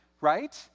Right